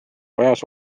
vajas